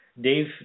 Dave